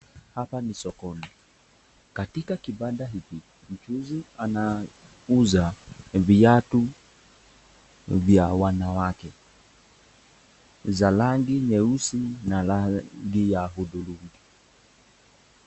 Hapa ni sokoni katika kibanda hiki, mchuuzi anauza viatu vya wanawake za rangi nyeusi na rangi hudhurungi.